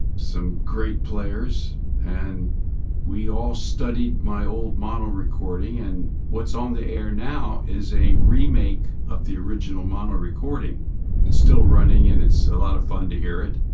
some great players. and we all studied my old mono recording and what's on the air now is a remake of the original mono recording it's still running and it's a lot of fun to hear it